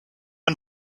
and